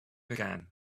began